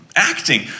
acting